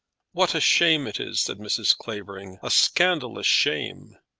what a shame it is, said mrs. clavering a scandalous shame.